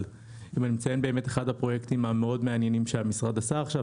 אבל אם אני אציין אחד הפרויקטים המאוד מעניינים שהמשרד עשה עכשיו,